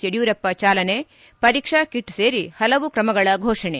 ಯಡಿಯೂರಪ್ಪ ಚಾಲನೆ ಪರೀಕ್ಷಾ ಕಿಟ್ ಸೇರಿ ಹಲವು ಕ್ರಮಗಳ ಘೋಷಣೆ